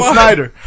Snyder